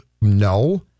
No